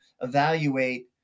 evaluate